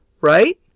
right